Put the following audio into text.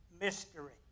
mystery